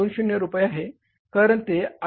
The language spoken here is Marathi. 20 रुपये आहे कारण ते 1